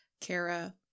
Kara